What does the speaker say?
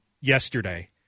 yesterday